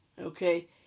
Okay